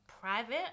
private